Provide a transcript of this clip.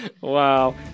Wow